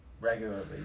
regularly